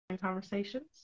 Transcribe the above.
conversations